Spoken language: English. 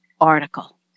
article